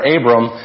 Abram